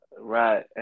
Right